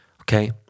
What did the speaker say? Okay